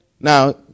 Now